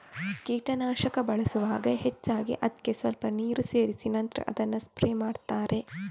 ಕೀಟನಾಶಕ ಬಳಸುವಾಗ ಹೆಚ್ಚಾಗಿ ಅದ್ಕೆ ಸ್ವಲ್ಪ ನೀರು ಸೇರಿಸಿ ನಂತ್ರ ಅದನ್ನ ಸ್ಪ್ರೇ ಮಾಡ್ತಾರೆ